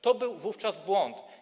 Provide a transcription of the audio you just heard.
To był wówczas błąd.